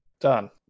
Done